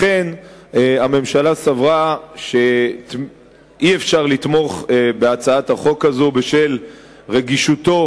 הממשלה סברה שאי-אפשר לתמוך בהצעת החוק הזאת בשל רגישותו,